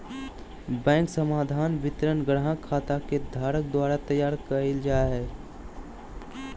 bank समाधान विवरण ग्राहक खाता के धारक द्वारा तैयार कइल जा हइ